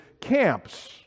camps